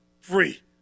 free